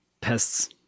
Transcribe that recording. pests